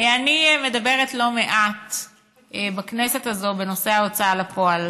אני מדברת לא מעט בכנסת הזאת בנושא ההוצאה לפועל.